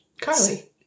Carly